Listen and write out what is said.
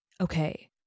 okay